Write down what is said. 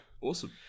Awesome